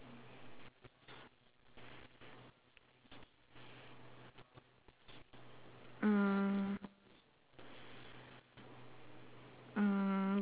mm mm